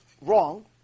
wrong